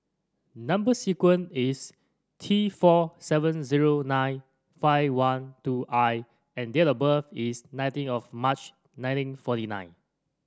number sequence is T four seven zero nine five one two I and date of birth is nineteen of March nineteen forty nine